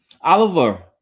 Oliver